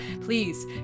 please